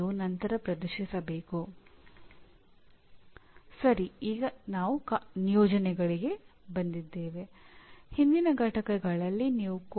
ಆದ್ದರಿಂದ ಎರಡು ಹೇಳಿಕೆಗಳು ಎರಡು ಪ್ರೋಗ್ರಾಮ್ ಪರಿಣಾಮಗಳು ಮತ್ತು ಎರಡು ಸಿಒ ಹೇಳಿಕೆಗಳನ್ನು ಬರೆಯಬೇಕಾಗಿದೆ